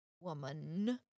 woman